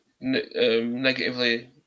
negatively